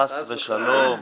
חס ושלום.